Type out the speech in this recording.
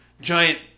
giant